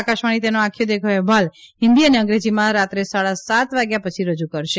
આકાશવાણી તેનો આંખે દેખ્યો અહેવાલ હિન્દી અને અંગ્રેજીમાં રાત્રે સાડા સાત વાગ્યા પછી રજૂ કરશે